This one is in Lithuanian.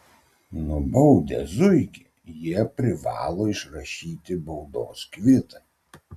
nubaudę zuikį jie privalo išrašyti baudos kvitą